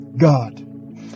God